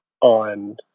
on